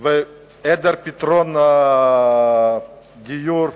העדר פתרון דיור זמין,